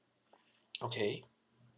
okay